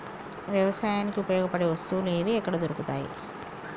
వ్యవసాయానికి ఉపయోగపడే వస్తువులు ఏవి ఎక్కడ దొరుకుతాయి?